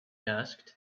asked